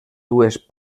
dues